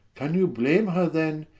can you blame her then,